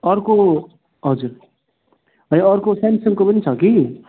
अर्को हजुर होइन अर्को स्यामसङको पनि छ कि